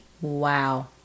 Wow